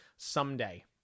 Someday